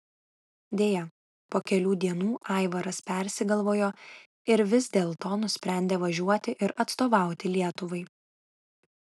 deja po kelių dienų aivaras persigalvojo ir vis dėlto nusprendė važiuoti ir atstovauti lietuvai